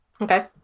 Okay